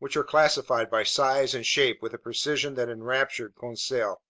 which are classified by size and shape with a precision that enraptured conseil